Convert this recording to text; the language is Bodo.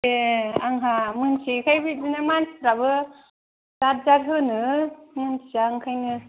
ए आंहा मोनथियैखाय बिदिनो मानसिफ्राबो जात जात होनो मिनथिया ओंखायनो